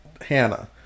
Hannah